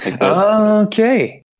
Okay